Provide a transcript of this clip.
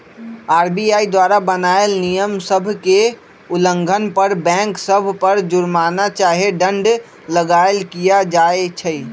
RBI द्वारा बनाएल नियम सभ के उल्लंघन पर बैंक सभ पर जुरमना चाहे दंड लगाएल किया जाइ छइ